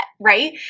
right